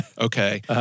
okay